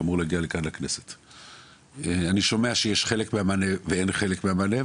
אני שומע שיש חלק מהמענה ואין חלק מהמענה.